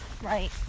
Right